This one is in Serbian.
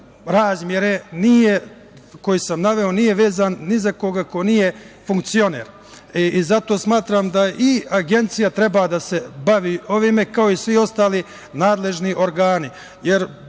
razmere koji sam naveo nije vezan ni za koga ko nije funkcioner. Zato smatram da i Agencija treba da se bavi ovime, kao i svi ostali nadležni organi. Jer,